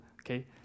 okay